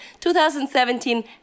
2017